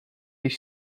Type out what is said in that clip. již